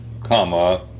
comma